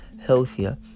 healthier